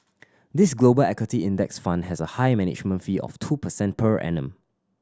this Global Equity Index Fund has a high management fee of two percent per annum